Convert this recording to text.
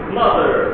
mother